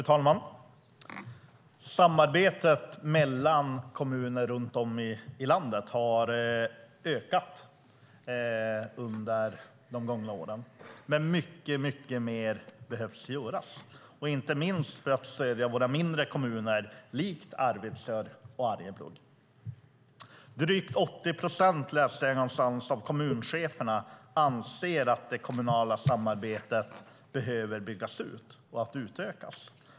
Fru talman! Samarbetet mellan kommuner runt om i landet har ökat under de gångna åren. Men mycket mer behöver göras, inte minst för att stödja våra mindre kommuner likt Arvidsjaur och Arjeplog. Jag läste någonstans att drygt 80 procent av kommuncheferna anser att det kommunala samarbetet behöver byggas ut och utökas.